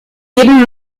jedem